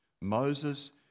Moses